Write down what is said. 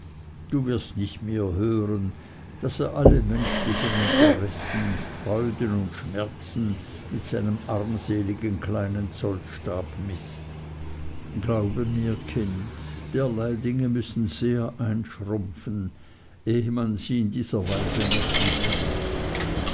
du wirst auch nicht mehr hören daß er alle menschlichen interessen freuden und schmerzen mit seinem armseligen kleinen zollstab mißt glaube mir kind derlei dinge müssen sehr einschrumpfen ehe man sie in dieser weise messen kann